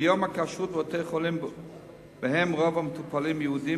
כיום הכשרות בבתי-חולים שבהם רוב המטופלים הם יהודים